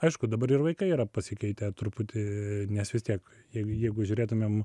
aišku dabar ir vaikai yra pasikeitę truputį nes vis tiek jeigu jeigu žiūrėtumėm